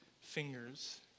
fingers